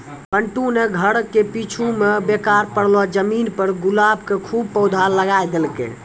बंटू नॅ घरो के पीछूं मॅ बेकार पड़लो जमीन पर गुलाब के खूब पौधा लगाय देलकै